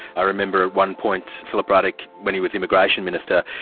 i remember at one point philip ruddock, when he was immigration minister,